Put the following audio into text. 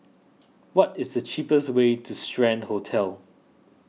what is the cheapest way to Strand Hotel